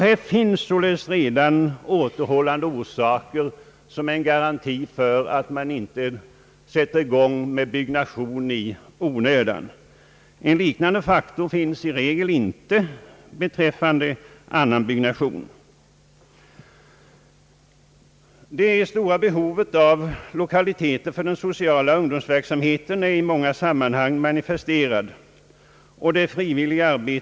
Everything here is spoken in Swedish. Här finns alltså redan återhållande faktorer som ger en garanti för att man inte sätter i gång med byggnation i onödan; någon liknande faktor finns i regel inte beträffande annan byggnation. Det stora behovet av lokaliteter för den sociala ungdomsverksamheten är i många fall manifesterat, och vi har all Ang.